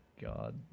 god